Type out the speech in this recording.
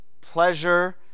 pleasure